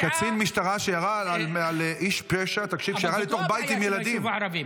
קצין משטרה שירה על איש פשע שירה לתוך בית עם ילדים,